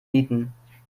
nieten